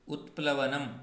उत्प्लवनम्